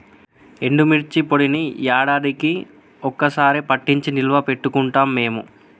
ఎండుమిర్చి పొడిని యాడాదికీ ఒక్క సారె పట్టించి నిల్వ పెట్టుకుంటాం మేము